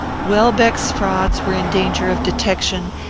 welbeck's frauds were in danger of detection,